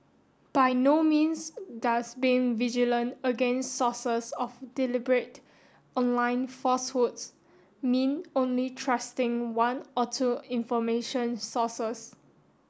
by no means does being vigilant against sources of deliberate online falsehoods mean only trusting one or two information sources